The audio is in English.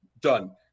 Done